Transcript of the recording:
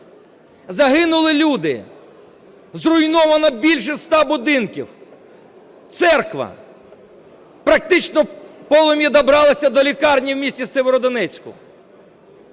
Загинули люди. Зруйновано більше 100 будинків, церква. Практично полум'я добралося до лікарні у місті Сєвєродонецьку.